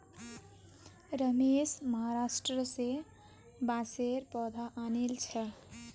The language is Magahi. रमेश महाराष्ट्र स बांसेर पौधा आनिल छ